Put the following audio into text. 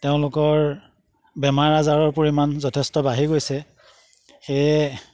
তেওঁলোকৰ বেমাৰ আজাৰৰ পৰিমাণ যথেষ্ট বাঢ়ি গৈছে সেয়ে